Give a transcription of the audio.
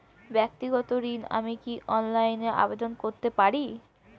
ব্যাক্তিগত ঋণ আমি কি অনলাইন এ আবেদন করতে পারি?